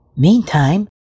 Meantime